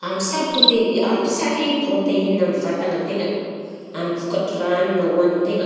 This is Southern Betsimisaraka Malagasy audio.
Ampy sara protei- ampy sara i protéine am vatagnan-tegna amin'ny vokatra raha hanina hohanin-tegna